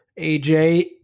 AJ